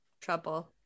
trouble